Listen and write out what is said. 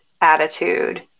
attitude